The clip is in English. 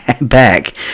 back